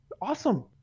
awesome